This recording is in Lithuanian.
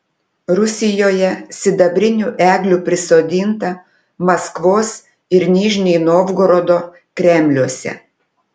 rusijoje sidabrinių eglių prisodinta maskvos ir nižnij novgorodo kremliuose